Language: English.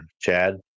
chad